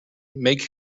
make